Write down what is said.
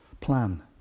plan